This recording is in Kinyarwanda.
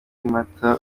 mata